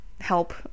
help